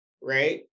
right